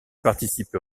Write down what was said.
participe